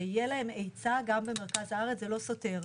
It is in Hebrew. שיהיה להם עצה גם במרכז הארץ זה לא סותר.